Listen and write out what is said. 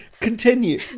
Continue